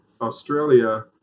Australia